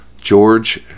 George